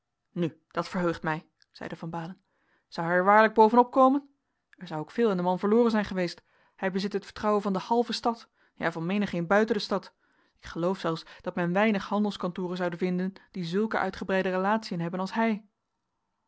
nu dat verheugt mij zeide van baalen zou hij er waarlijk bovenop komen er zou ook veel aan den man verloren zijn geweest hij bezit het vertrouwen van de halve stad ja van menigeen buiten de stad ik geloof zelfs dat men weinig handelskantoren zoude vinden die zulke uitgebreide relatiën hebben als hij